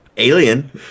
Alien